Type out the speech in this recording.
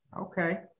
okay